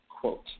quote